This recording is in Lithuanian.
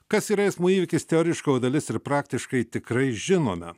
kas yra eismo įvykis teoriškai o dalis ir praktiškai tikrai žinome